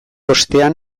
ostean